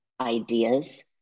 ideas